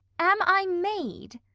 am i made?